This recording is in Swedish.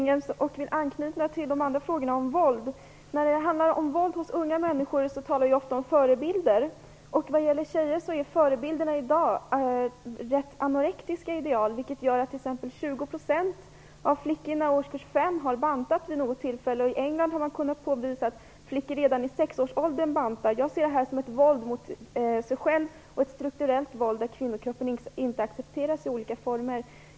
Herr talman! Jag vill anknyta till de andra frågorna om våld. När det handlar om våld hos unga människor talar vi ofta om förebilder. Vad gäller tjejer är förebilderna i dag anorektiska ideal, vilket gör att t.ex. 20 % av flickorna i årskurs 5 har bantat vid något tillfälle. I England har man kunnat påvisa att flickor redan i 6-årsåldern bantar. Jag ser detta som ett våld mot sig själv och ett strukturellt våld där kvinnor inte accepteras i olika former.